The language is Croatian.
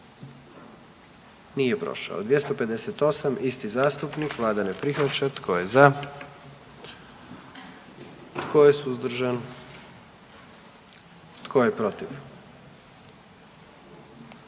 dio zakona. 44. Kluba zastupnika SDP-a, vlada ne prihvaća. Tko je za? Tko je suzdržan? Tko je protiv?